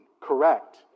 correct